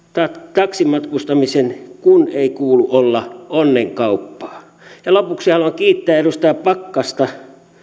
taksimatkustamisen kun ei kuulu olla onnenkauppaa lopuksi haluan kiittää edustaja pakkasta